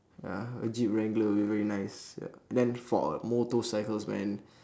ya a jeep wrangler would be very nice ya then for motorcycle man